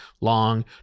long